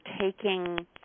taking